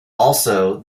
also